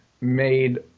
made